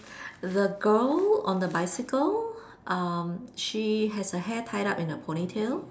the girl on the bicycle um she has her hair tied up in a ponytail